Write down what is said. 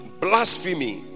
blasphemy